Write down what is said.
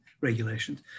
Regulations